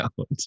out